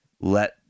let